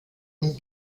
und